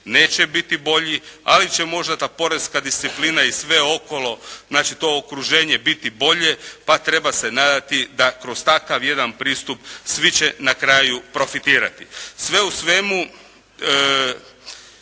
neće biti bolji, ali će možda ta poreska disciplina i sve okolo, znači to okruženje biti bolje, pa treba se nadati da kroz takav jedan pristup, svi će na kraju profitirati. Sve u svemu,